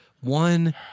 one